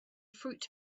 fruit